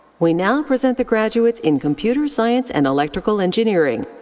we now present the graduates in computer science and electrical engineering.